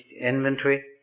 inventory